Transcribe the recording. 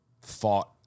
fought